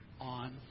on